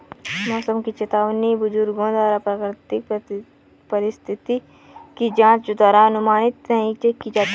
मौसम की चेतावनी बुजुर्गों द्वारा प्राकृतिक परिस्थिति की जांच द्वारा अनुमानित की जाती थी